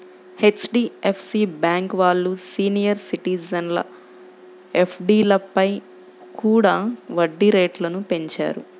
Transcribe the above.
HDFC bank వాళ్ళు senior సిటిజన్ల ఎఫ్డీలపై కూడా వడ్డీ రేట్లను పెంచారు